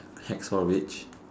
hacksaw-ridge